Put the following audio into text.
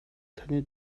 таны